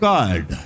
God